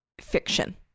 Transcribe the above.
fiction